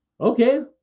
Okay